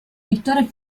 vittoria